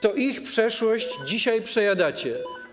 To ich przeszłość dzisiaj przejadacie.